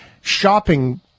shopping